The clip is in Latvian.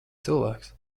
cilvēks